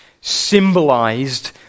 symbolized